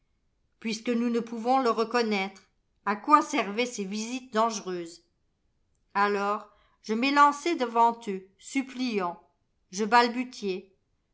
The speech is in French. puisque nous ne pouvons le reconnaître à quoi servaient ces visites dangereuses alors e m'élançai devant eux suppliant je balbutiai